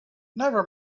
never